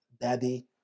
Daddy